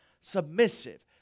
Submissive